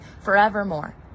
forevermore